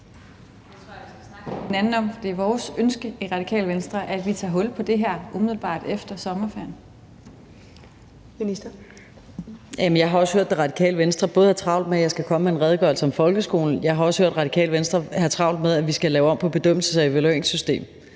og hørt Det Radikale Venstre have travlt med, at vi skal lave om på en bedømmelse af evalueringssystemet,